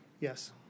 Yes